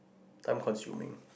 time consuming